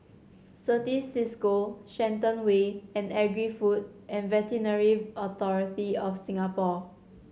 Certis Cisco Shenton Way and Agri Food and Veterinary Authority of Singapore